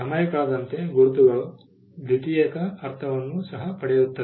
ಸಮಯ ಕಳೆದಂತೆ ಗುರುತುಗಳು ದ್ವಿತೀಯಕ ಅರ್ಥವನ್ನು ಸಹ ಪಡೆಯುತ್ತದೆ